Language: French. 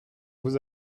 vous